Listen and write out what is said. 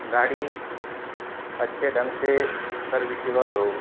गाड़ी अच्छे ढंग से सर्विसेबल हो